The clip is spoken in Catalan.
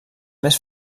més